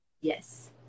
yes